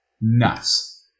nuts